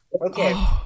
Okay